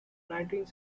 nineteenth